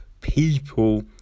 people